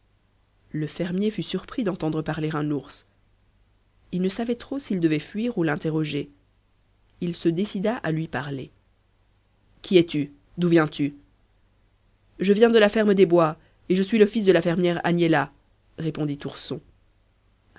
le fermier fut surpris d'entendre parler un ours il ne savait trop s'il devait fuir ou l'interroger il se décida à lui parler qui es-tu d'où viens-tu je viens de la ferme des bois et je suis le fils de la fermière agnella répondit ourson